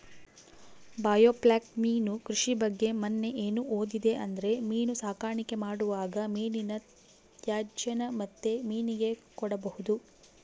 biofloc ಮೀನು ಕೃಷಿ ಬಗ್ಗೆ ಮನ್ನೆ ಏನು ಓದಿದೆ ಅಂದ್ರೆ ಮೀನು ಸಾಕಾಣಿಕೆ ಮಾಡುವಾಗ ಮೀನಿನ ತ್ಯಾಜ್ಯನ ಮತ್ತೆ ಮೀನಿಗೆ ಕೊಡಬಹುದು